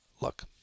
Look